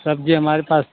सब्जी हमारे पास